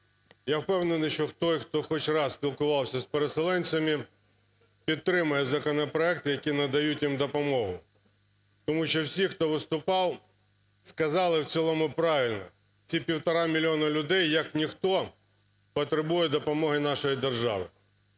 я впевнений, що той, хто хоч раз спілкувався з переселенцями, підтримає законопроекти, які надають їм допомогу. Тому що всі, хто виступав, сказали в цілому правильно. Ті півтора мільйона людей як ніхто потребують допомоги нашої держави.